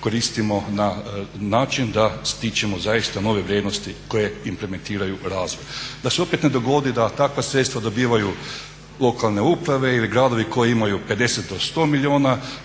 koristimo na način da stičemo zaista nove vrijednosti koje implementiraju razvoj. Da se opet ne dogodi da takva sredstva dobivaju lokalne uprave ili gradovi koji imaju 50 do 100 milijuna